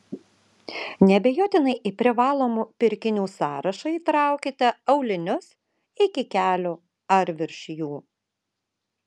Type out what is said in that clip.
neabejotinai į privalomų pirkinių sąrašą įtraukite aulinius iki kelių ar virš jų